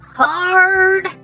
hard